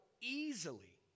easily